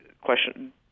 question